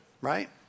right